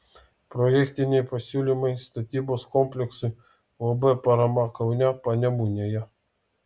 projektiniai pasiūlymai statybos kompleksui uab parama kaune panemunėje